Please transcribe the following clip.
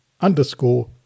underscore